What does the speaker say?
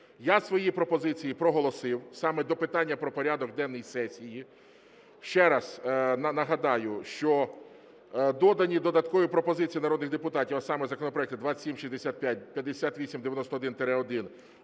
я свої пропозиції проголосив саме до питання про порядок денний сесії. Ще раз нагадаю, що додані додаткові пропозиції народних депутатів, а саме: законопроекти 2765, 5891-1,